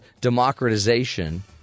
democratization